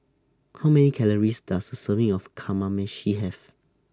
How Many Calories Does A Serving of Kamameshi Have